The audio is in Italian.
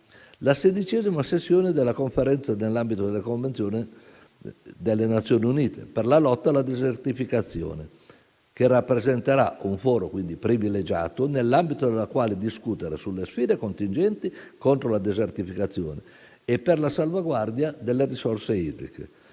la 16a sessione della Conferenza delle Parti nell'ambito della Convenzione delle Nazioni Unite per la lotta alla desertificazione: essa rappresenterà un foro privilegiato nell'ambito della quale discutere sulle sfide contingenti contro la desertificazione e per la salvaguardia delle risorse idriche.